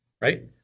right